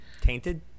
Tainted